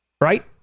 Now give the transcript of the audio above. right